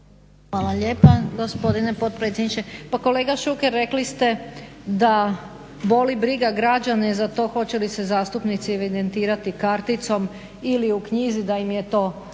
Hvala lijepa gospodine potpredsjedniče. Pa kolega Šuker, rekli ste da boli briga građane za to hoće li se zastupnici evidentirati karticom ili u knjizi da im je to